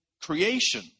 creation